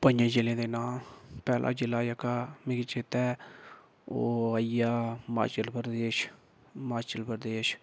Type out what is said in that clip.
पंजे जि'ले दे नांऽ पैह्ला जि'ला जेह्का मिगी चेता ऐ ओह् आई गेआ हिमाचल प्रदेश हिमाचल प्रदेश